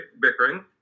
bickering